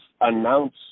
announce